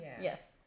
Yes